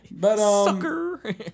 Sucker